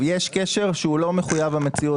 יש קשר שאינו מחויב במציאות,